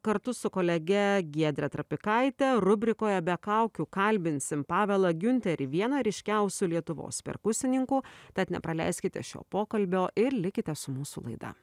kartu su kolege giedre trapikaite rubrikoje be kaukių kalbinsim pavelą giunterį vieną ryškiausių lietuvos perkusininkų tad nepraleiskite šio pokalbio ir likite su mūsų laida